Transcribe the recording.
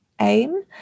aim